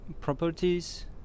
properties